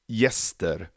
gäster